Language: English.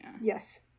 Yes